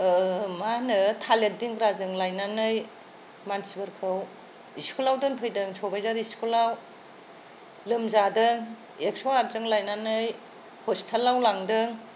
मा होनो थालिर दिंग्राजों लायनानै मानसिफोरखौ स्कुल आव दोनफैदों सबायजाराव सबायजार स्कुल आव लोमजादों एकस' आठ जों लायनानै हसपिताल आव लांदों